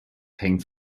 hängt